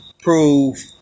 prove